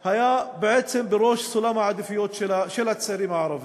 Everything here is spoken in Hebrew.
היה בראש סולם העדיפויות של הצעירים הערבים.